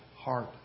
heart